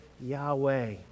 Yahweh